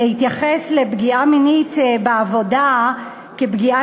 להתייחס לפגיעה מינית בעבודה כפגיעה